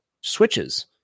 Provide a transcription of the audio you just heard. switches